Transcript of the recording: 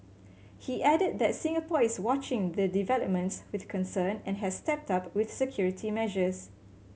he added that Singapore is watching the developments with concern and has stepped up with security measures